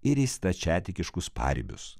ir į stačiatikiškus paribius